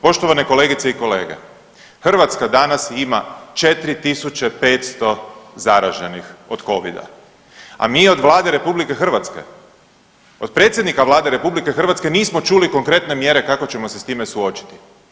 Poštovane kolegice i kolege, Hrvatska danas ima 4.500 zaraženih od covida, a mi od Vlade RH od predsjednika Vlade RH nismo čuli konkretne mjere kako ćemo se s time suočiti.